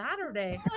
Saturday